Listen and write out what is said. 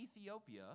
Ethiopia